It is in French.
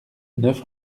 neuf